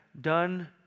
done